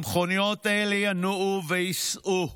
המכוניות האלה ינועו וייסעו.